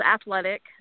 athletic